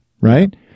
right